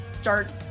start